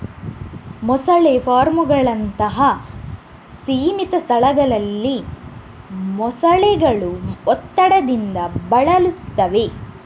ಮೊಸಳೆ ಫಾರ್ಮುಗಳಂತಹ ಸೀಮಿತ ಸ್ಥಳಗಳಲ್ಲಿ ಮೊಸಳೆಗಳು ಒತ್ತಡದಿಂದ ಬಳಲುತ್ತವೆ